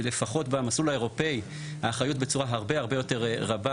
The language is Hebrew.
לפחות במסלול האירופי האחריות בצורה הרבה יותר רבה